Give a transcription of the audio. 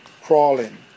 crawling